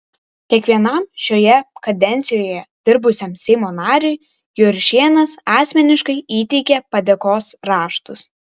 kiekvienam šioje kadencijoje dirbusiam seimo nariui juršėnas asmeniškai įteikė padėkos raštus